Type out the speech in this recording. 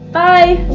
bye!